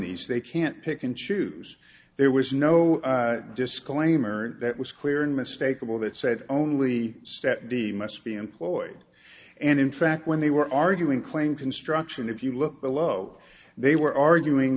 these they can't pick and choose there was no disclaimer that was clear and mistake of all that said only step b must be employed and in fact when they were arguing claim construction if you look below they were arguing